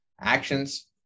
actions